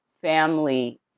family